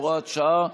הוראת שעה),